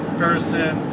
person